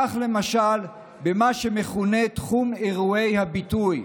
כך למשל במה שמכונה תחום אירועי הביטוי.